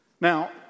Now